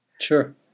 Sure